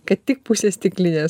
kad tik pusė stiklinės